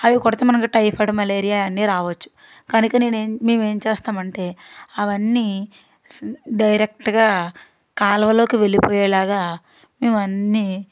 అవి కుడితే మనకి టైఫాయిడ్ మలేరియా అనేవి రావచ్చు కనుక నేను మేము ఏం చేస్తామంటే అవన్నీ స్ డైరెక్ట్గా కాలవలోకి వెళ్ళిపోయేలాగా మేము అన్నీ